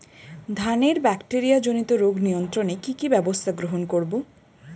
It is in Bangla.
ধানের ব্যাকটেরিয়া জনিত রোগ নিয়ন্ত্রণে কি কি ব্যবস্থা গ্রহণ করব?